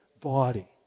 body